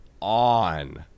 on